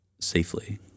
safely